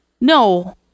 no